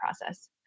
process